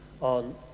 On